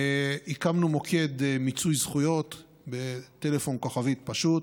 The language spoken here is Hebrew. הקמנו מוקד מיצוי זכויות בטלפון כוכבית פשוט.